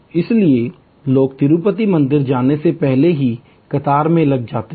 इसलिए लोग तिरुपति मंदिर जाने से पहले ही कतार में लग जाते हैं